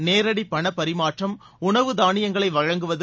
நேரடிபணப்பரிமாற்றம் உணவு தானியங்களைவழங்குவது